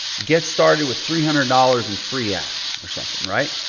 get started with three hundred dollars in free ads or something. right?